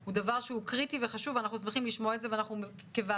זה דבר שהוא קריטי וחשוב ואנחנו שמחים לשמוע את זה ואנחנו כוועדה